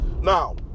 Now